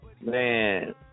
man